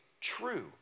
true